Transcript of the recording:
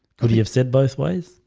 could he have said both ways?